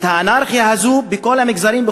האנרכיה הזאת היא בכל המגזרים,